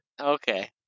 Okay